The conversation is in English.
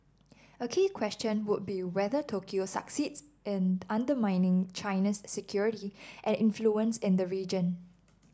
a key question would be whether Tokyo succeeds in undermining China's security and influence in the region